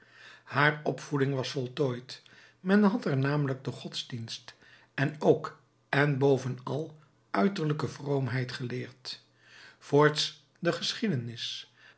haar opvoeding was voltooid men had haar namelijk den godsdienst en ook en bovenal uiterlijke vroomheid geleerd voorts de geschiedenis